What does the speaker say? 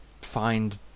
find